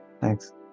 Thanks